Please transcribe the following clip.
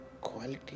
quality